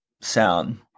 sound